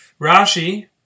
Rashi